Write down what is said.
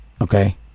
okay